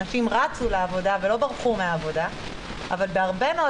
אנשים רצו לעבודה ולא ברחו מהעבודה אבל בהרבה מאוד